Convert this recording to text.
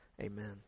Amen